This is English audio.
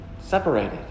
Separated